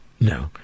No